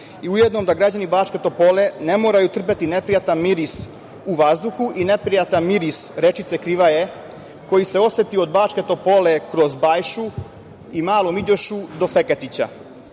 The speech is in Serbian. i ujedno, da građani Bačke Topole ne moraju trpeti neprijatan miris u vazduhu i neprijatan miris rečice Krivje, koji se oseti od Bačke Topole kroz Bajšu, i Malom Iđošu do Feketića. Pitanja